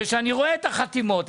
שאני רואה את החתימות,